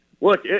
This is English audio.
look